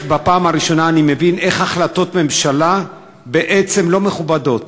בפעם הראשונה אני מבין איך החלטות ממשלה בעצם לא מכובדות.